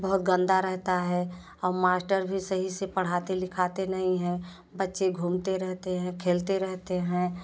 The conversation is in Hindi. बहुत गन्दा रहता है और मास्टर भी सही से पढ़ाते लिखाते नहीं है बच्चे घूमते रहते है खेलते रहतें हैं